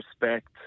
respect